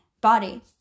body